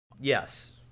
Yes